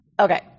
Okay